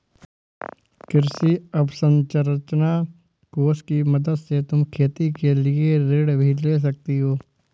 कृषि अवसरंचना कोष की मदद से तुम खेती के लिए ऋण भी ले सकती हो